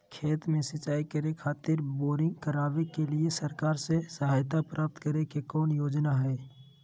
खेत में सिंचाई करे खातिर बोरिंग करावे के लिए सरकार से सहायता प्राप्त करें के कौन योजना हय?